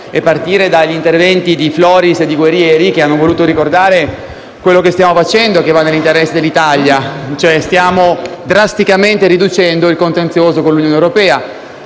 a partire dagli interventi di Floris e Guerrieri, che hanno voluto ricordare ciò che stiamo facendo nell'interesse dell'Italia: stiamo drasticamente riducendo il contenzioso con l'Unione europea.